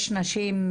יש נשים,